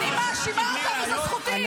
אני מאשימה אותה, וזו זכותי.